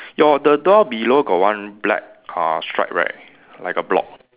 your the door below got one black uh stripe right like a block